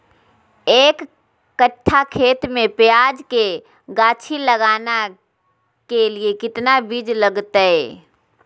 एक कट्ठा खेत में प्याज के गाछी लगाना के लिए कितना बिज लगतय?